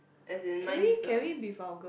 as in mine is the